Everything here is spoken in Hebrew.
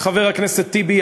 חבר הכנסת טיבי.